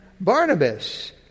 Barnabas